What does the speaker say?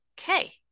okay